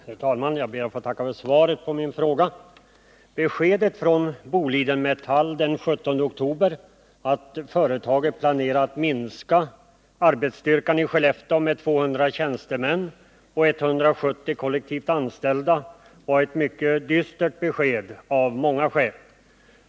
Herr talman! Jag ber att få tacka för svaret på min fråga. Beskedet från Boliden Metall den 17 oktober att företaget planerar att minska arbetsstyrkan i Skellefteå med 200 tjänstemän och 170 kollektivt anställda var av många skäl ett mycket dystert besked.